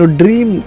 dream